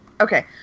okay